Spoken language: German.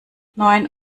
neun